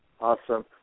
Awesome